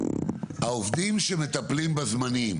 העובדים שמטפלים בדרכונים הזמניים